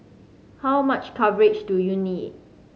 how much coverage do you need